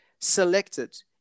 selected